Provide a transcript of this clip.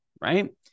right